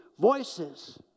voices